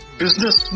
business